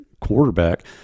quarterback